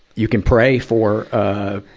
you can pray for, ah,